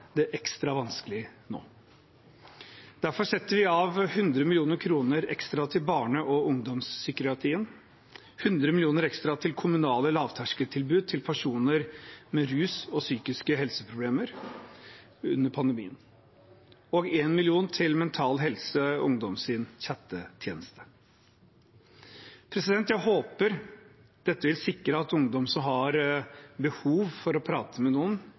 det ekstra vanskelig nå. Derfor setter vi av 100 mill. kr ekstra til barne- og ungdomspsykiatrien, 100 mill. kr til kommunale lavterskeltilbud til personer med rusproblemer og psykiske helseproblemer under pandemien og 1 mill. kr til Mental Helse Ungdoms chattetjeneste. Jeg håper dette vil sikre at ungdom som har behov for å prate med noen